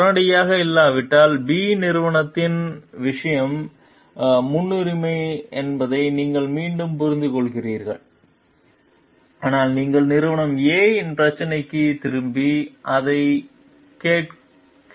உடனடியாக இல்லாவிட்டால் பி நிறுவனத்தின் விஷயம் முன்னுரிமை என்பதை நாங்கள் மீண்டும் புரிந்துகொள்கிறோம் ஆனால் நீங்கள் நிறுவன A இன் பிரச்சனைக்குத் திரும்பி அதைக் கேட்க முயற்சி செய்யலாம்